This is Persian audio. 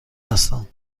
هستم